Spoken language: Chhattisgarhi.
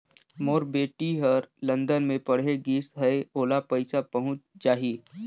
मोर बेटी हर लंदन मे पढ़े गिस हय, ओला पइसा पहुंच जाहि?